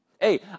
Hey